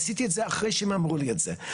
עשיתי את זה אחרי שהם אמרו לי את זה.